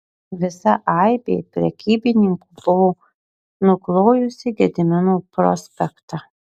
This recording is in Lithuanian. visa aibė prekybininkų buvo nuklojusi gedimino prospektą